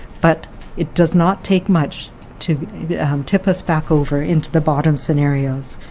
but it does not take much to um tip us back over into the bottom scenarios,